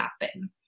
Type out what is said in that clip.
happen